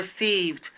received